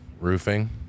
roofing